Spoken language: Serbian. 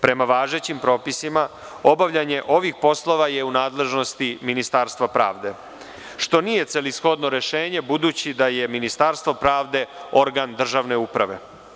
Prema važećim propisima, obavljanje ovih poslova je u nadležnosti Ministarstva pravde, što nije celishodno rešenje budući da je Ministarstvo pravde organ državne uprave.